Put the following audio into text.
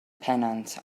pennant